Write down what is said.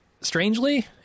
strangely